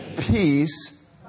peace